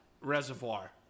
Reservoir